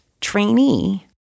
trainee